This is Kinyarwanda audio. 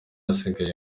hasigaye